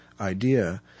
idea